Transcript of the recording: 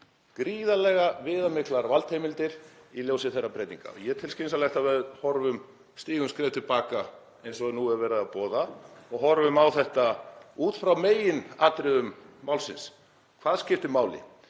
gríðarlega viðamiklar valdheimildir í ljósi þeirra breytinga. Ég tel skynsamlegt að við stígum skref til baka eins og nú er verið að boða og horfum á þetta út frá meginatriðum málsins. Hvað skiptir máli?